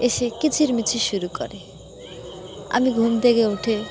এসে কিচিরমিচির শুরু করে আমি ঘুম থেকে উঠে